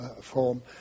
form